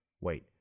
wait